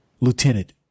Lieutenant